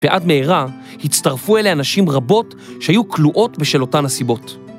ועד מהרה הצטרפו אליה נשים רבות שהיו כלואות בשל אותן הסיבות.